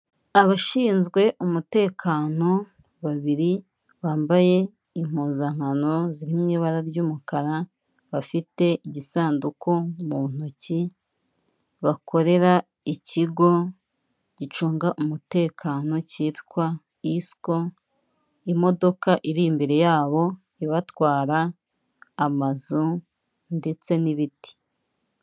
Abashinzwe umutekano babiri bambaye impuzankano ziri mu ibara ry'umukara, bafite igisanduku mu ntoki bakorera ikigo gicunga umutekano cyitwa isiko, imodoka iri imbere yabo ibatwara, amazu ndetse n'ibiti.